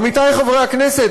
עמיתי חברי הכנסת,